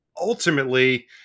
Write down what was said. ultimately